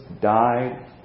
died